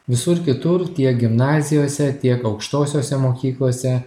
visur kitur tiek gimnazijose tiek aukštosiose mokyklose